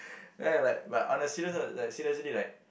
like like but on a serious note seriously like